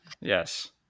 Yes